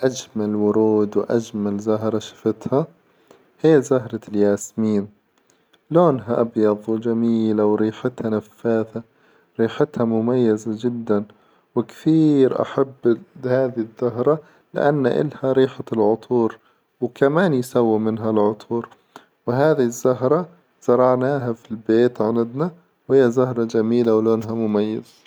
أجمل ورود وأجمل زهرة شفتها هي زهرة الياسمين، لونها أبيظ وجميلة، وريحتها نفاذة، ريحتها مميزة جدا، وكثير أحب هذي الزهرة لأن إلها ريحة العطور، وكمان يسوو منها العطور، وهذه الزهرة زرعناها في البيت عندنا وهي زهرة جميلة ولونها مميز.